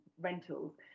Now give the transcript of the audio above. rentals